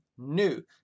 new